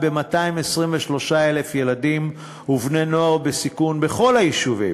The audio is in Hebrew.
ב-223,000 ילדים ובני-נוער בסיכון בכל היישובים,